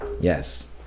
Yes